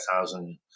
thousand